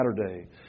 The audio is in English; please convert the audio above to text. Saturday